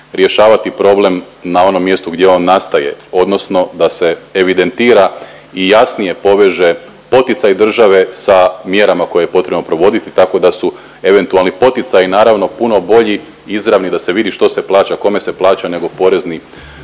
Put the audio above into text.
rješavati problem na onom mjestu gdje on nastaje, odnosno da se evidentira i jasnije poveže poticaj države sa mjerama koje je potrebno provoditi, tako da su eventualni poticaji naravno puno bolji, izravni da se vidi što se plaća, kome se plaća nego porezni